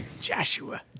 Joshua